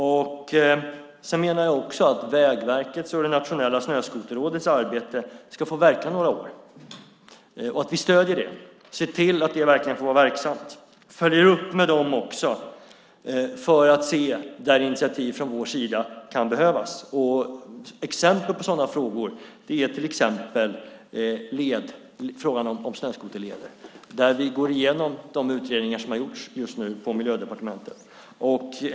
Jag menar också att Vägverkets och det nationella snöskoterrådets arbete ska få verka några år. Vi stöder det, och ser till att det får vara verksamt. Vi följer upp det hela för att se var initiativ från vår sida kan behövas. Exempel på sådana frågor är frågan om snöskoterleder, där vi just nu går igenom de utredningar som har gjorts på Miljödepartementet.